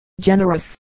generous